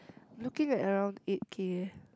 looking at around eight K